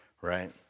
right